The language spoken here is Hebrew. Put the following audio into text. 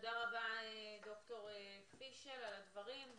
תודה רבה, ד"ר פישל, על הדברים.